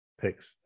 picks